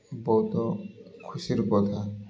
ବହୁତ ଖୁସିର କଥା